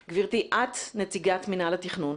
גברתי, את נציגת מינהל התכנון.